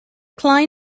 klein